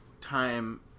time